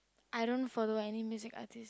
I don't follow any music artist